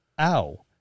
ow